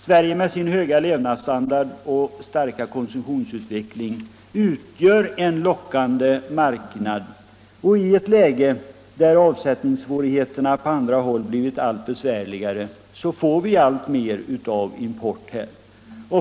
Sverige med sin höga levnadsstandard och konsumtionsutveckling utgör en lockande marknad, och i ett läge, där avsättningssvårigheterna på andra håll blivit besvärligare och besvärligare, får vi alltmer av import här.